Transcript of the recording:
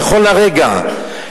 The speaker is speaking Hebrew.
נכון להרגע,